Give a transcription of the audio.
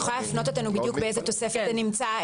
תוכלי להפנות אותנו באיזה תוספת זה נמצא?